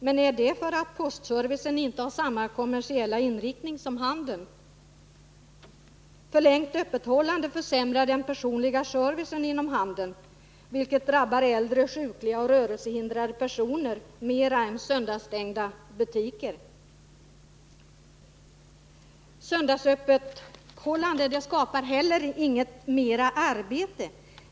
Kanske är det för att postservicen inte har samma kommersiella inriktning som handeln? Förlängt öppethållande försämrar den personliga servicen inom handeln, vilket drabbar äldre, sjukliga och rörelsehindrade personer mer än söndagsstängda butiker. Öppethållande på söndagen skapar heller inte fler arbetstillfällen.